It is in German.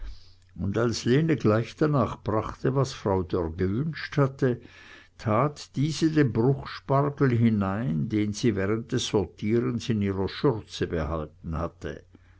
und als lene gleich danach brachte was frau dörr gewünscht hatte tat diese den bruchspargel hinein den sie während des sortierens in ihrer schürze behalten hatte